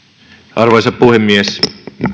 arvoisa puhemies